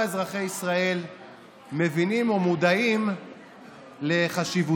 אזרחי ישראל מבינים או מודעים לחשיבותם.